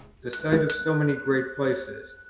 the sight of so many great places,